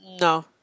No